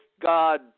God